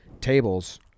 tables